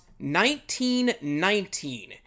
1919